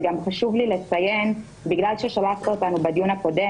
וגם חשוב לי לציין שבגלל ששלחת אותנו בדיון הקודם